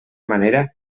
manera